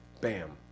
Bam